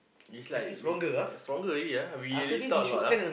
is like we stronger already ah we already talk a lot ah